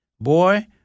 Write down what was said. Boy